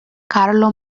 carlo